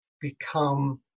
become